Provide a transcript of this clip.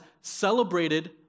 celebrated